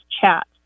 chat